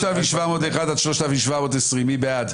רוויזיה על הסתייגויות 3640-3621, מי בעד?